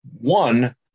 One